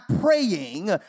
praying